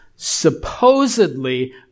supposedly